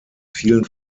vielen